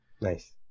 Nice